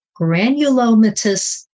Granulomatous